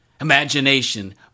Imagination